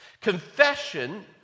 Confession